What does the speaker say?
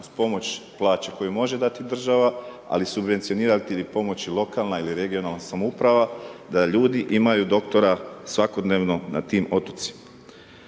uz pomoć plaće koju može dati država, ali subvencionirati ili pomoći lokalna ili regionalna samouprava da ljudi imaju doktora svakodnevno na tim otocima.